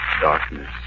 Darkness